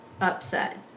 upset